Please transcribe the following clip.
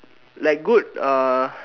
like good uh